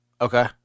okay